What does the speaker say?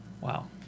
Wow